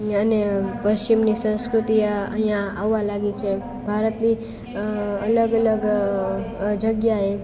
અને પશ્ચિમની સંસ્કૃતિ એ અહીંયા આવવા લાગી છે ભારતની અલગ અલગ જગ્યાએ